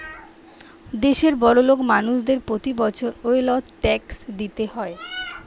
দেশের বড়োলোক মানুষদের প্রতি বছর ওয়েলথ ট্যাক্স দিতে হয়